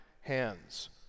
hands